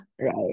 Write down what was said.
Right